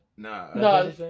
No